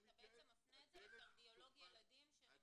ואתה בעצם מפנה את זה לקרדיולוג ילדים שנמצא אצלך?